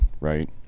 right